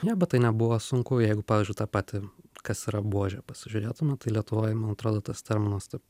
ne bet tai nebuvo sunku jeigu pavyzdžiui tą patį kas yra buožė pasižiūrėtume tai lietuvoj man atrodo tas terminas taip